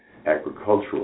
Agricultural